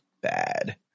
bad